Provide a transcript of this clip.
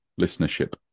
listenership